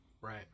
Right